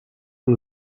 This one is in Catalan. amb